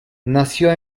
nació